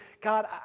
God